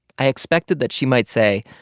i expected that she might say,